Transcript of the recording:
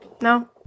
No